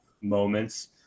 moments